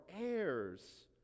heirs